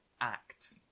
act